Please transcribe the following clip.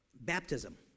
baptism